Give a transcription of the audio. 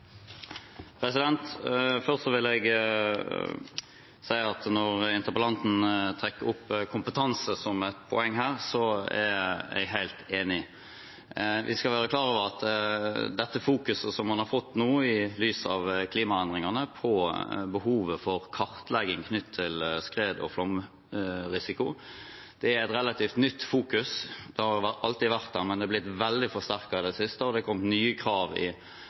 Først vil jeg si at når interpellanten trekker opp kompetanse som et poeng her, så er jeg helt enig. Vi skal være klar over at dette fokuset man har nå i lys av klimaendringene på behovet for kartlegging knyttet til skred- og flomrisiko, er et relativt nytt fokus. Det har alltid vært der, men det er blitt veldig forsterket i det siste, og det har kommet nye krav i